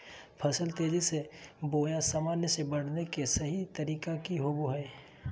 फसल तेजी बोया सामान्य से बढने के सहि तरीका कि होवय हैय?